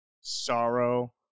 sorrow